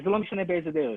וזה לא משנה באיזה דרך,